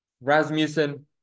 Rasmussen